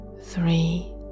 three